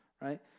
right